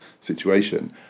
situation